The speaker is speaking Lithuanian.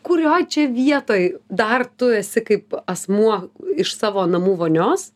kurioj čia vietoj dar tu esi kaip asmuo iš savo namų vonios